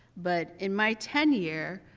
but in my tenure,